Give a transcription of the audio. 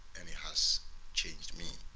and it has changed me.